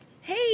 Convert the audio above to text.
hey